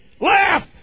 laugh